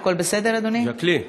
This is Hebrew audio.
הכול בסדר, אדוני?